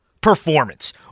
performance